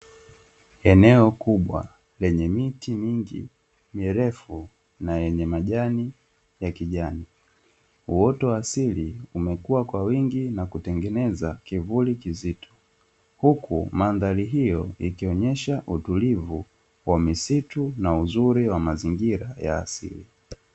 Eneo kubwa lenye miti mingi mirefu na yenye majani, uwoto wa asili umekua vizuri na kutengenezea kivuli kizuri, huku mandhari hio ikionesha utulivu wa misitu na uzuri wa mazingira ya asili.